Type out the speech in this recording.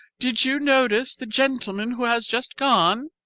did you notice the gentleman who has just gone